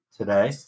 today